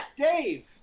Dave